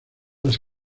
las